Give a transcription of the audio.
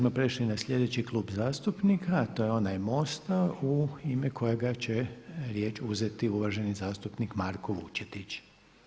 Sada bismo prešli na sljedeći Klub zastupnika a to je onaj MOST-a u ime kojega će riječ uzeti uvaženi zastupnik Marko Vučetić.